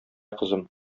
кызым